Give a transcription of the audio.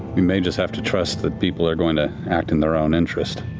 we may just have to trust that people are going to act in their own interest.